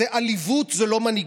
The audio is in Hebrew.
זו עליבות, זו לא מנהיגות.